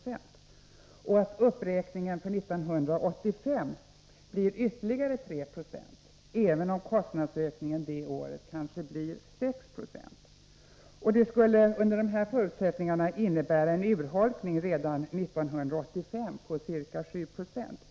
Det innebär vidare att uppräkningen för 1985 blir ytterligare 3 96, även om kostnadsökningen för det året kanske blir 6 96. Under dessa förutsättningar skulle det innebära en urholkning redan 1985 på ca 7 70.